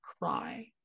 cry